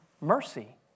mercy